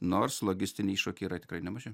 nors logistiniai iššūkiai yra tikrai nemaži